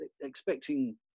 expecting